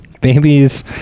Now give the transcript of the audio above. Babies